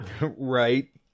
Right